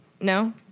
No